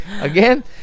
again